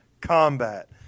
Combat